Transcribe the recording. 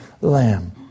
lamb